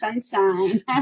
sunshine